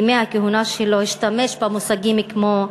ימי הכהונה שלו, השתמש במושגים כמו "עניים",